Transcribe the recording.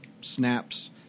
snaps